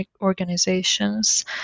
organizations